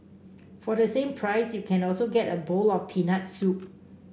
for the same price you can also get a bowl of peanut soup